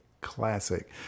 classic